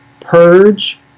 purge